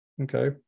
Okay